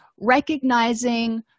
recognizing